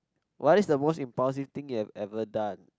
what is the most impulsive thing you have ever done